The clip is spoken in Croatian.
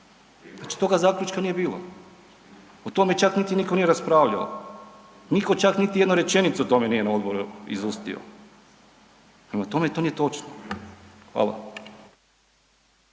Znači toga zaključka nije bilo, o tome čak nije nitko ni raspravljao, nitko čak niti jednu rečenicu o tome na odboru izustio, prema tome to nije točno. Hvala.